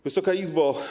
Wysoka Izbo!